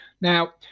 Now